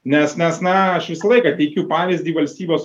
nes nes na aš visą laiką teikiu pavyzdį valstybės